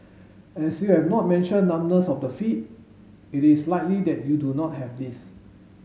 as you have not mentioned numbness of the feet it is likely that you do not have this